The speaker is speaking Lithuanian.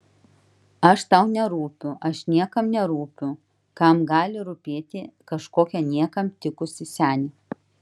aš tau nerūpiu aš niekam nerūpiu kam gali rūpėti kažkokia niekam tikusi senė